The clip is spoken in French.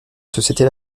sociétés